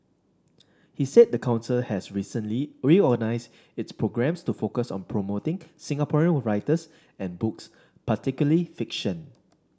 he said the council has recently reorganised its programmes to focus on promoting Singaporean writers and books particularly fiction